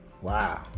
wow